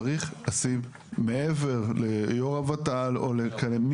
צריך לשים מעבר ליו"ר הוות"ל או לכאלה,